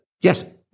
yes